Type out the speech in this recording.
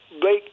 Blake